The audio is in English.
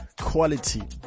quality